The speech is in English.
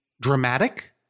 Dramatic